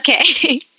Okay